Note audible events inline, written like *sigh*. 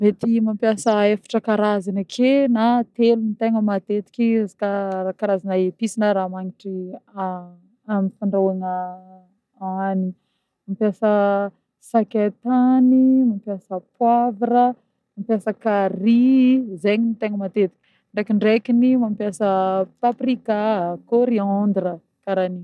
Mety mampiasa efatra karazagny ake na telo ny tegna matetiky izy koà karazagna épices na raha magnitry *hesitation* amin'ny fandrahoana *hesitation* hanigny. Mampiasa saketany, mampiasa poivra, mampiasa carry zegny no tegna matetiky ndrekindrekiny mampiasa paprika, coriandre karan'igny.